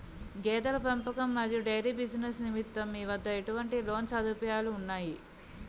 గేదెల పెంపకం మరియు డైరీ బిజినెస్ నిమిత్తం మీ వద్ద ఎటువంటి లోన్ సదుపాయాలు ఉన్నాయి?